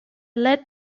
led